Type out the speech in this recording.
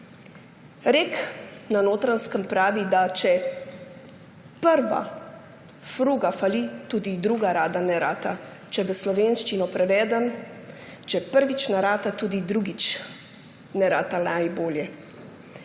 Rek na Notranjskem pravi, da če prva fruga fali, tudi druga rada ne rata. Če prevedem v slovenščino: če prvič ne rata, tudi drugič ne rata najbolje.